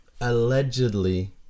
Allegedly